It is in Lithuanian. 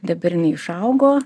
dabar jinai išaugo